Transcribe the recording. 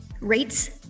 Rates